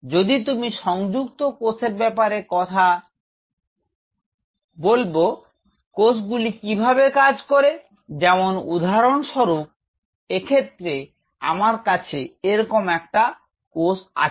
যদি তুমি সংযুক্ত কোষের ব্যাপারে কথা বলব কোষগুলি কিভাবে কাজ করে যেমন উদাহরণস্বরুপ এক্ষেত্রে আমার কাছে এরকম একটা কোষ আছে